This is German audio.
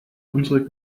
unserer